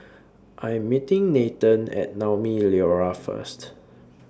I Am meeting Nathen At Naumi Liora First